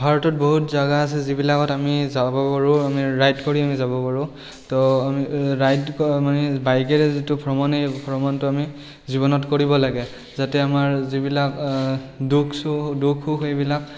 ভাৰতত বহুত জেগা আছে যিবিলাকত আমি যাব পাৰোঁ আমি ৰাইড কৰি আমি যাব পাৰোঁ তো ৰাইড মানে বাইকেৰে যিটো ভ্ৰমণ এই ভ্ৰমণটো আমি জীৱনত কৰিব লাগে যাতে আমাৰ যিবিলাক দুখ সুখ এইবিলাক